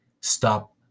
stop